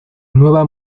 nueva